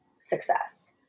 success